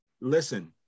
listen